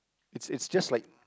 it's it's just like